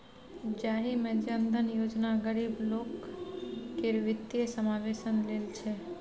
जाहि मे जन धन योजना गरीब लोक केर बित्तीय समाबेशन लेल छै